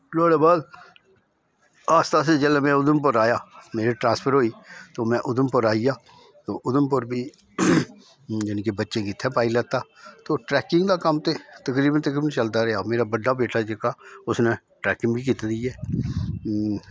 नोहाड़े बाद आस्ता आस्ता में जिसलै उधमपुर आया मेरी ट्रांसफर होई तो में उधमपुर आई गेआ तो उधमपुर बी जानि के बच्चें गी इत्थें पाई लैता तो ट्रैकिंग दा कम्म ते तकरीबन तकरीबन चलदा रेहा मेरे बड्डा बेटा जेह्का उसनै ट्रैकिंग बी कीती दी ऐ